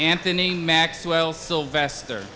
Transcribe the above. anthony maxwell sylvester